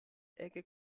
ege